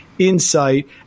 insight